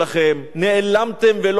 נעלמתם ולא הייתם.